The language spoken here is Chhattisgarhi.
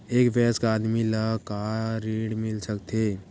एक वयस्क आदमी ला का ऋण मिल सकथे?